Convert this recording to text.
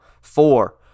four